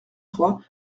trois